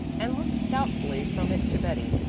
and looked doubtfully from it to betty.